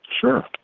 Sure